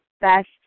best